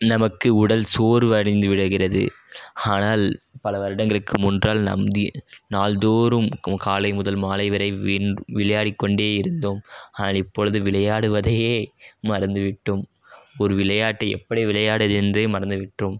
நமக்கு உடல் சோர்வடைந்து விடுகிறது ஆனால் பல வருடங்களுக்கு முன்னால் நாம் நாள்தோறும் காலை முதல் மாலை வரை வி விளையாடி கொண்டேயிருந்தோம் ஆனால் இப்பொழுது விளையாடுவதையே மறந்துவிட்டோம் ஒரு விளையாட்டை எப்படி விளையாடுவதென்றே மறந்துவிட்டோம்